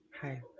hi